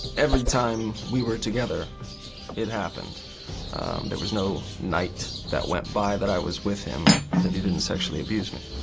every time we were together it happened there was no night that went by that i was with him that he didn't sexually abuse me